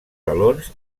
salons